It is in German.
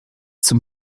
zum